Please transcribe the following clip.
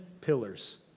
pillars